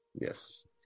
Yes